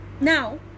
now